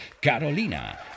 Carolina